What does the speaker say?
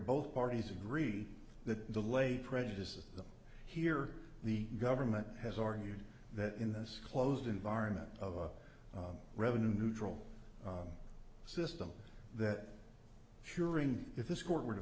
both parties agree that the lay prejudice is here the government has argued that in this closed environment of revenue neutral system that suring if this court were to